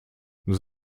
nous